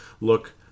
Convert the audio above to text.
look